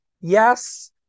yes